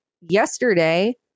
yesterday